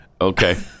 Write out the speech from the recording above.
Okay